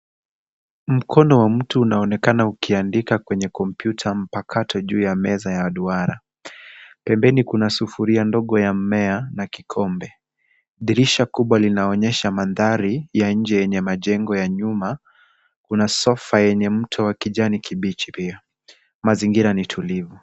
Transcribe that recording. Mkono wa mtu unaonekana ukiandika kwenye kompyuta mpakato juu ya meza ya duara. Pembeni kuna sufuria ndogo ya mmea na kikombe. Dirisha kubwa linaonyesha mandhari ya nje yenye majengo ya nyuma. Kuna sofa yenye mto wa kijani kibichi pia. Mazingira ni tulivu.